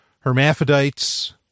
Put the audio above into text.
Hermaphrodites